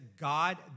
God